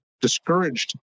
discouraged